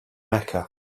mecca